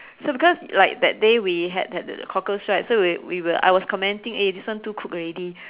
so because like that day we had had cockles right so we we will I was commenting eh this one too cooked already